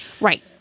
Right